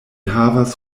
havas